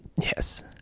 Yes